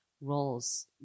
roles